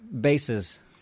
bases